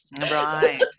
Right